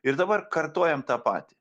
ir dabar kartojam tą patį